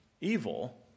evil